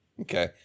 Okay